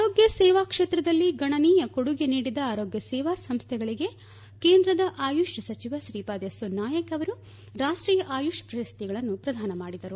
ಆರೋಗ್ಯ ಸೇವಾ ಕ್ಷೇತ್ರದಲ್ಲಿ ಗಣನೀಯ ಕೊಡುಗೆ ನೀಡಿದ ಆರೋಗ್ಯ ಸೇವಾ ಸಂಸ್ಥೆಗಳಿಗೆ ಕೇಂದ್ರದ ಆಯುಷ್ ಸಚಿವ ಶ್ರೀಪಾದ್ ಯಸ್ಪೋ ನಾಯಕ್ ಅವರು ರಾಷ್ಟೀಯ ಆಯುಷ್ ಪ್ರಶಸ್ತಿಗಳನ್ನು ಪ್ರದಾನ ಮಾಡಿದರು